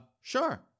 sure